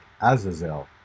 Azazel